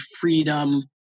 freedom